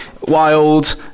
wild